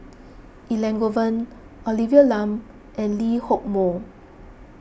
Elangovan Olivia Lum and Lee Hock Moh